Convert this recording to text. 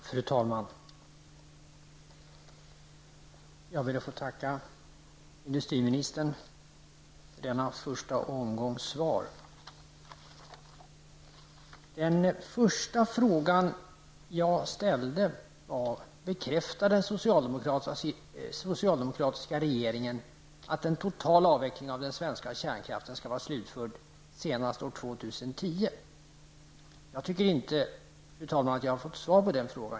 Fru talman! Jag ber att få tacka industriministern för denna första uppsättning av svar. Den första fråga som jag ställde var: Bekräftar den socialdemokratiska regeringen att en total avveckling av den svenska kärnkraften skall vara slutförd senast år 2010? Jag tycker inte, fru talman, att jag har fått svar på den frågan.